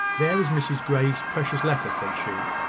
there is mrs grey's precious letter! said she.